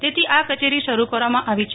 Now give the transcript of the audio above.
તેથી આ કચેરી શરૂ કરવામાં આવી હતી